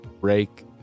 break